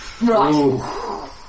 Right